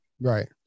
right